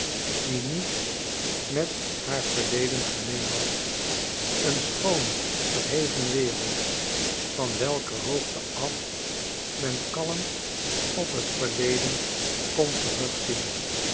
die niets met baar verleden gemeen had een schoone verheven wereld van welker hoogte af men kalm op het verleden kon terugzien